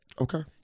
Okay